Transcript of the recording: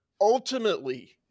ultimately